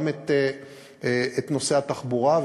גם את נושא התחבורה,